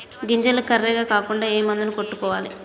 గింజలు కర్రెగ కాకుండా ఏ మందును కొట్టాలి?